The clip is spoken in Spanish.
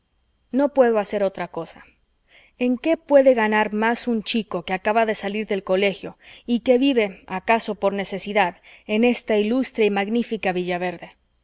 no puedo hacer otra cosa en qué puede ganar más un chico que acaba de salir del colegio y que vive acaso por necesidad en esta ilustre y magnífica villaverde